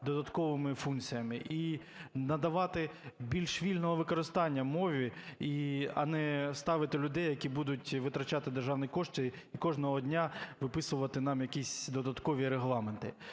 додатковими функціями, і надавати більш вільного використання мові, а не ставити людей, які будуть витрачати державні кошти і кожного дня виписувати нам якісь додаткові регламенти.